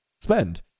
spend